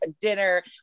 dinner